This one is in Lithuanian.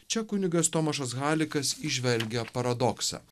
čia kunigas tomašas halikas įžvelgia paradoksą